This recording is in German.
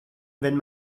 wenn